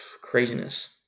Craziness